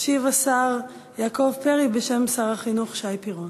ישיב השר יעקב פרי בשם שר החינוך שי פירון.